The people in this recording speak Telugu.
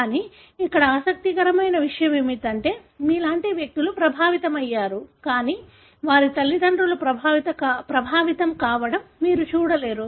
కానీ ఇక్కడ ఆసక్తికరమైన విషయం ఏమిటంటే మీలాంటి వ్యక్తులు ప్రభావితమయ్యారు కానీ వారి తల్లిదండ్రులు ప్రభావితం కావడం మీరు చూడలేరు